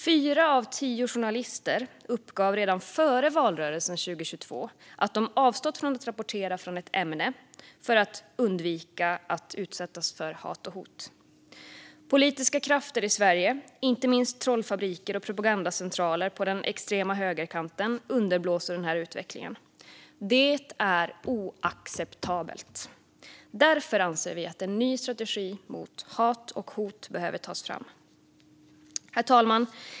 Fyra av tio journalister uppgav redan före valrörelsen 2022 att de avstått från att rapportera om ett ämne för att undvika att utsättas för hat och hot. Politiska krafter i Sverige, inte minst trollfabriker och propagandacentraler på den extrema högerkanten, underblåser utvecklingen. Det är oacceptabelt. Därför anser vi att en ny strategi mot hat och hot behöver tas fram. Herr talman!